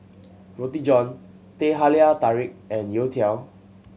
Roti John Teh Halia Tarik and youtiao